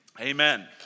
Amen